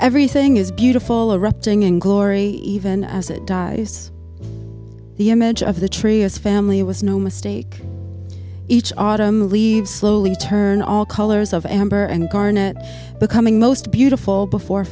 everything is beautiful oh resting in glory even as it dies the image of the tree as family was no mistake each autumn leaves slowly turn all colors of amber and garnett becoming most beautiful before